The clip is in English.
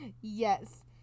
Yes